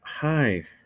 Hi